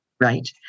right